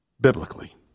biblically